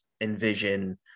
envision